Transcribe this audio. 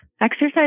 Exercise